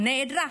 נעדרת,